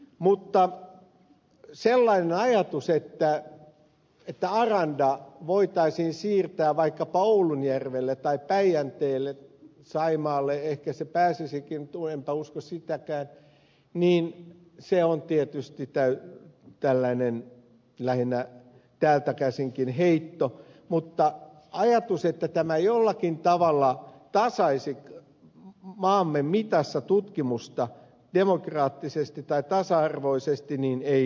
mutta sellainen ajatus että aranda voitaisiin siirtää vaikkapa oulujärvelle tai päijänteelle saimaalle se ehkä pääsisikin enpä usko sitäkään on tietysti täältä käsinkin lähinnä heitto mutta ajatus että hallituksen esitys jollakin tavalla tasaisi maamme mitassa tutkimusta demokraattisesti tai tasa arvoisesti ei tietenkään pidä paikkaansa